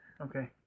Okay